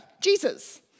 Jesus